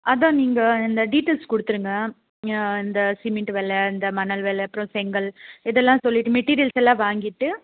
அதான் நீங்கள் இந்த டீட்டெயில்ஸ் கொடுத்துருங்க நீங்கள் இந்த சிமெண்ட்டு வெலை இந்த மணல் வெலை அப்புறம் செங்கல் இதெல்லாம் சொல்லிவிட்டு மெட்டீரியல்ஸ் எல்லாம் வாங்கிவிட்டு